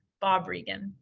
bob regan.